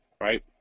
right